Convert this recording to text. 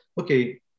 Okay